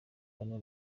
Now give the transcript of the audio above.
kane